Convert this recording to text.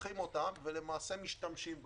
לוקחים אותם ומשתמשים בהם.